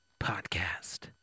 Podcast